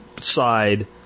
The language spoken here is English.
side